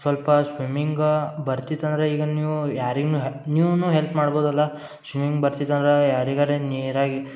ಸ್ವಲ್ಪ ಸ್ವಿಮ್ಮಿಂಗ್ ಬರ್ತಿತ್ತು ಅಂದರೆ ಈಗ ನೀವು ಯಾರಿಗ್ನೂ ನೀವೂ ಹೆಲ್ಪ್ ಮಾಡ್ಬೌದಲ್ಲ ಸ್ವಿಮ್ಮಿಂಗ್ ಬರ್ತಿತ್ತು ಅಂದರೆ ಯಾರಿಗಾರ ನೀರಾಗ್